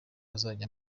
uzajya